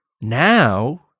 Now